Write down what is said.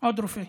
עוד רופא,